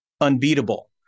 unbeatable